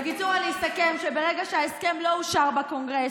בקיצור, אני אסכם: ברגע שההסכם לא אושר בקונגרס,